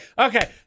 okay